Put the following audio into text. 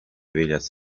bellas